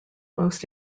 most